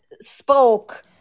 spoke